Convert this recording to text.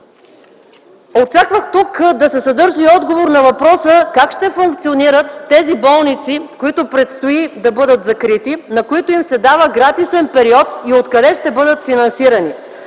Очаквах да се съдържа и отговор на въпроса: как ще функционират тези болници, които предстои да бъдат закрити, на които им са дава гратисен период, и откъде ще бъдат финансирани?